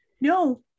no